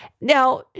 Now